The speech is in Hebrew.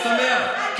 אני שמח,